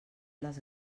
les